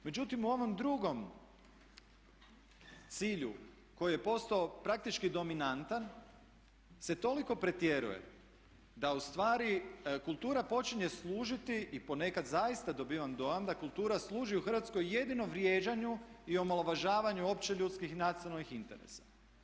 Međutim, u ovom drugom cilju koji je postao praktički dominantan se toliko pretjeruje da ustvari kultura počinje služiti i ponekad zaista dobivam dojam da kultura služi u Hrvatskoj jedino vrijeđanju i omalovažavanju opće ljudskih nacionalnih interesa.